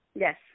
Yes